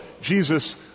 Jesus